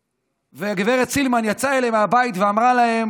וגב' סילמן יצאה אליהם מהבית ואמרה להם